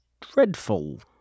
dreadful